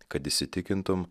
kad įsitikintum